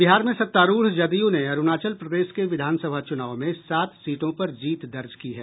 बिहार में सत्तारूढ़ जदयू ने अरूणाचल प्रदेश के विधानसभा चुनाव में सात सीटों पर जीत दर्ज की है